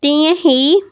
तीअं ई